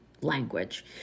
language